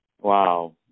Wow